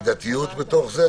מידתיות בתוך זה,